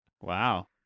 Wow